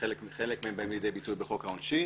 חלק מהם באים לביטוי בחוק העונשין